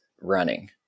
running